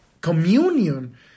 communion